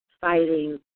fighting